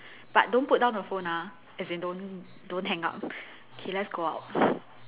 but don't put down the phone ah as in don't don't hang up K let's go out